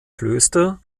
klöster